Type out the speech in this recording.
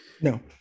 No